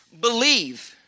believe